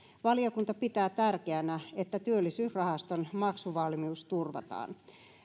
valiokunta pitää tärkeänä että työllisyysrahaston maksuvalmius turvataan